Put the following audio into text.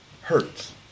hurts